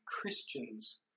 Christians